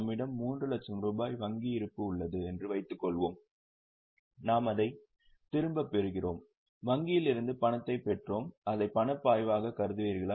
நம்மிடம் 3 லட்சம் ரூபாய் வங்கி இருப்பு உள்ளது என்று வைத்துக்கொள்வோம் நாம் அதைத் திரும்பப் பெறுகிறோம் வங்கியில் இருந்து பணத்தைப் பெற்றோம் அதை பணப்பாய்வாக கருதுவீர்களா